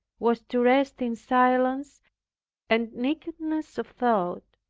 was to rest in silence and nakedness of thought.